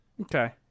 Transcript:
Okay